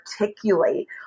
articulate